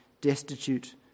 destitute